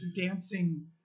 dancing